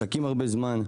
מחכים הרבה זמן,